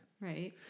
right